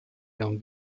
ihren